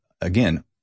again